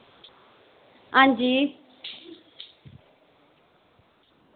हां जी